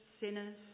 sinners